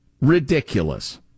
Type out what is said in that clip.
ridiculous